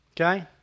Okay